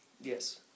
Yes